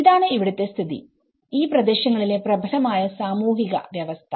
ഇതാണ് അവിടുത്തെ സ്ഥിതിഈ പ്രാദേശങ്ങളിലെ പ്രഭലമായ സാമൂഹികവ്യവസ്ഥ